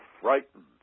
frightened